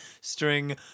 string